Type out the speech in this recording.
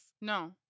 No